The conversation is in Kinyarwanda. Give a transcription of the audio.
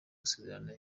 gusezerana